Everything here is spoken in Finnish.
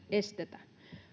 estetä